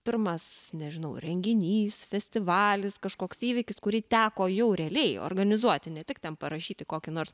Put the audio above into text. pirmas nežinau renginys festivalis kažkoks įvykis kurį teko jau realiai organizuoti ne tik ten parašyti kokį nors